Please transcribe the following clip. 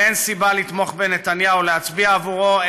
ואין סיבה לתמוך בנתניהו או להצביע עבורו,